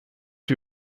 two